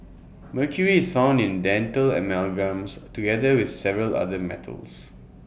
mercury is found in dental amalgams together with several other metals